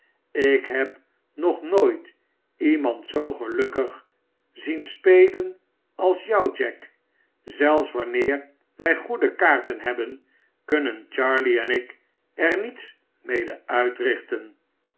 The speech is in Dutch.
ik heb nog nooit iemand zoo gelukkig zien spelen als jou jack zelfs wanneer wij goede kaarten hebben kunnen charley en ik er niets mede uitrichten